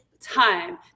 time